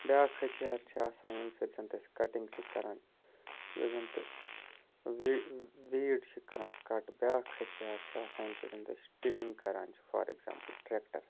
بیٛاکھ ۂتھیار چھِ آسان ییٚمہِ سۭتۍ زَنتہِ أسۍ کَٹِنٛگ چھِ کَران یُس زَنتہِ ویٖڈ چھِ کَران کَٹ بیٛاکھ ۂتھیار چھِ آسان ییٚمہِ سۭتۍ زَنتہِ أسۍ ٹِلِنٛگ کَران چھِ فار اٮ۪کزامپٕل ٹرٛٮ۪کٹَر